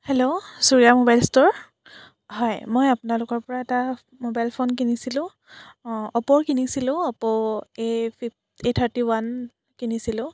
hello Churiya mobile store হয় মই আপোনালোকৰ পৰা এটা ম'বাইল ফোন কিনিছিলো অ'প'ৰ কিনিছিলো OPPO A five A thirty one কিনিছিলো